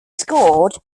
scored